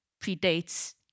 predates